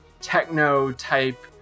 techno-type